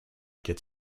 get